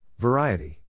Variety